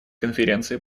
конференции